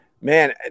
man